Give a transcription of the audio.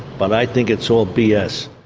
but i think it's all b s.